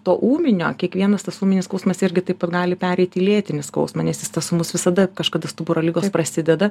to ūminio kiekvienas tas ūminis skausmas irgi taip pat gali pereit į lėtinį skausmą nes jis tas ūmus visada kažkada stuburo ligos prasideda